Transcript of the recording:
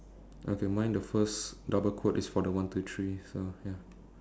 okay mine the first double quote is for the one two threes so ya